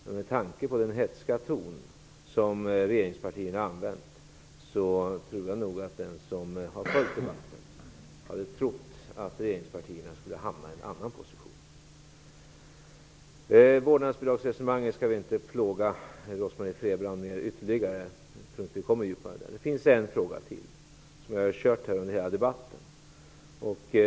Med tanke på den hätska tonen från regeringspartierna, hade nog den som har följt debatten trott att regeringspartierna skulle hamna i en annan position. Jag skall inte plåga Rose-Marie Frebran ytterligare med vårdnadsbidraget. Jag tror inte att vi kommer djupare i det resonemanget. Jag har en fråga till, som jag har kört med under hela debatten.